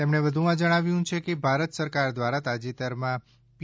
તેમણે વધુમાં જણાવ્યુ છે કે ભારત સરકાર દ્વારા તાજેતરમાં પી